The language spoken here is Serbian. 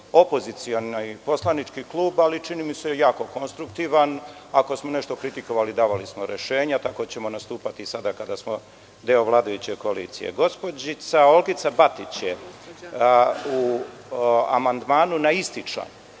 opozicioni poslanički klub, ali čini mi se jako konstruktivan. Ako smo nešto kritikovali, davali smo rešenja i tako ćemo nastupati i sada kada smo deo vladajuće koalicije. Gospođica Olgica Batić je u amandmanu na isti član